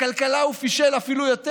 בכלכלה הוא פישל אפילו יותר.